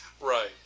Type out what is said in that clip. right